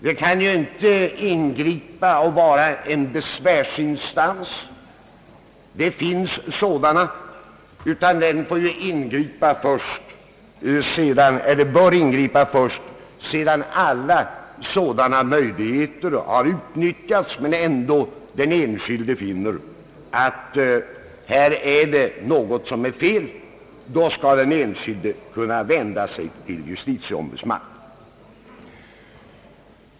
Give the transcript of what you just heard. De kan inte ingripa och vara en besvärsinstans — det finns sådana — utan de får och bör ingripa först sedan alla sådana möjligheter utnyttjats, men den enskilde ändå anser att det är något som är fel. Då skall den enskilde medborgaren kunna vända sig till någon av dessa riksdagens ombudsmän.